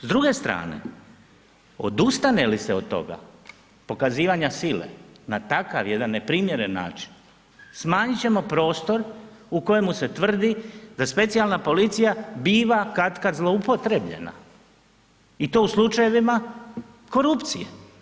S druge strane, odustane li se od toga, pokazivanja sile na takav jedan neprimjeren način smanjiti ćemo prostor u kojemu se tvrdi da specijalna policija biva katkad zloupotrijebljena i to u slučajevima korupcije.